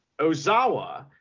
ozawa